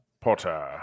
Potter